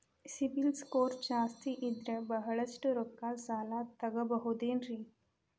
CIBIL score ಜಾಸ್ತಿ ಇದ್ರ ಬಹಳಷ್ಟು ರೊಕ್ಕ ಸಾಲ ತಗೋಬಹುದು ಏನ್ರಿ?